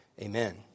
Amen